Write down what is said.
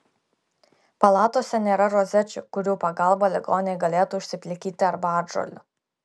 palatose nėra rozečių kurių pagalba ligoniai galėtų užsiplikyti arbatžolių